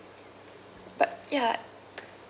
but ya